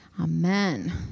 Amen